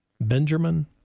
Benjamin